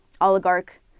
oligarch